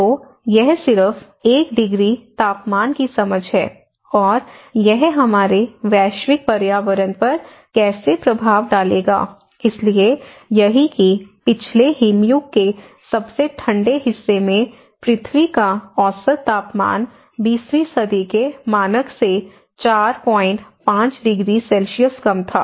तो यह सिर्फ 1 डिग्री तापमान की समझ है और यह हमारे वैश्विक पर्यावरण पर कैसे प्रभाव डालेगा इसलिए यही कि पिछले हिमयुग के सबसे ठंडे हिस्से में पृथ्वी का औसत तापमान 20 वीं सदी के मानक से 45 डिग्री सेल्सियस कम था